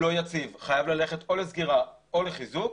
אם לא יציב חייב ללכת או לסגירה או לחיזוק.